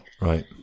right